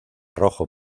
rojo